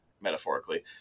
metaphorically